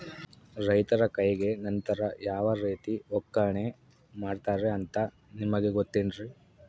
ರೈತರ ಕೈಗೆ ನಂತರ ಯಾವ ರೇತಿ ಒಕ್ಕಣೆ ಮಾಡ್ತಾರೆ ಅಂತ ನಿಮಗೆ ಗೊತ್ತೇನ್ರಿ?